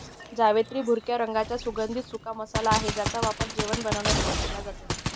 जावेत्री भुरक्या रंगाचा सुगंधित सुका मसाला आहे ज्याचा वापर जेवण बनवण्यासाठी केला जातो